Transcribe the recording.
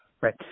Right